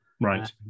right